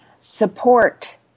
support